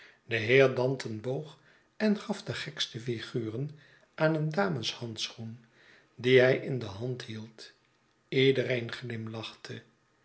de heer danton boog en gaf de gekste figuren aan een dameshandschoen dien hij in de hand hield ledereen glimlachte